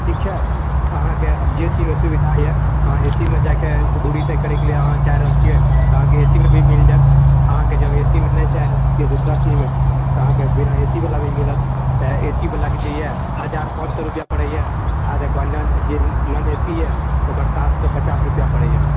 ठीक छै अहाँकेँ आब जे चीजमे सुविधा यऽ अहाँ एसीमे जाके दुरी तय करैके लिए अहाँ चाह रहल छिऐ अहाँकेँ एसीमे भी मिल जाएत अहाँकेँ जब एसीमे नहि चाह रहल छिऐ दुसरा चीजमे तऽ अहाँकेँ बिना एसी वला भी मिलत तऽ एसी वलाके जे यऽ हजार पाँच सए रुपैआ पड़ैए आर ओकरबाद जे नॉन नॉन एसी यऽ ओकर सात सए पचास रुपैआ पड़ैए